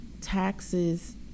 taxes